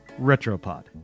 Retropod